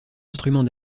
instruments